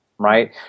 right